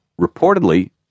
reportedly